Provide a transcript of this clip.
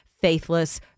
faithless